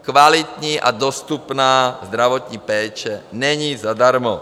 Kvalitní a dostupná zdravotní péče není zadarmo.